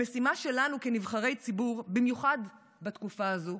המשימה שלנו כנבחרי ציבור, במיוחד בתקופה הזאת,